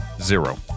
Zero